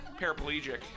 Paraplegic